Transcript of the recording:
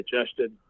adjusted